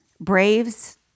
braves